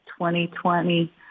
2020